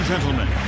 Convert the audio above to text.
Gentlemen